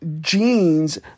genes